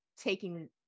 taking